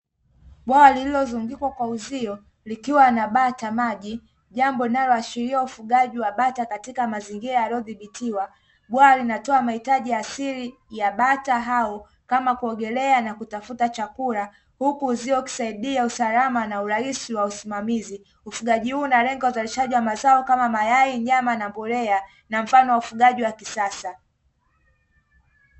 Bwawa lililozungukwa kwa uzio likiwa na bata maji, jambo linaloashiria ufugaji wa bata katika mazingira yaliyothibitiwa. Bwawa linatoa mahitaji asili ya bata hao kama kuogelea na kutafuta chakula. Huku uzio ukisaidia usalama na urahisi wa usimamizi. Ufugaji huu unalenga uzalishaji wa mazao kama mayai, nyama na mbolea na mbolea na mfano wa ufugaji wa kisasa.